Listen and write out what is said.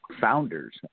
founders